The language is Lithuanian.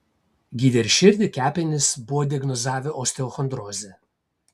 gydė ir širdį kepenis buvo diagnozavę osteochondrozę